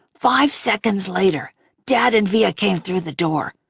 five seconds later dad and via came through the door.